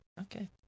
okay